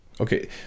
Okay